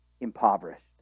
impoverished